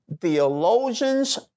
theologians